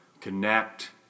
connect